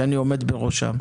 שאני עומד בראשה.